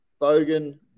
Bogan